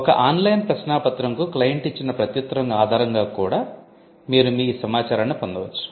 ఒక ఆన్లైన్ ప్రశ్నాపత్రంకు క్లయింట్ ఇచ్చిన ప్రత్యుత్తరం ఆధారంగా ద్వారా కూడా మీరు మీ సమాచారాన్ని పొందవచ్చు